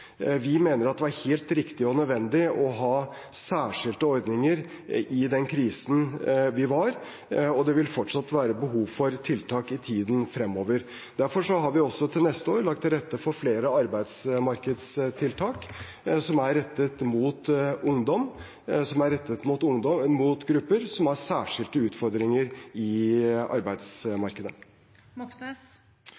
Vi mener at det var helt riktig og nødvendig å ha særskilte ordninger i den krisen vi var i, og det vil fortsatt være behov for tiltak i tiden fremover. Derfor har vi også til neste år lagt til rette for flere arbeidsmarkedstiltak som er rettet mot ungdom og grupper som har særskilte utfordringer i